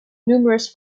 numerous